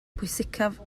pwysicaf